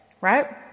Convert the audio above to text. right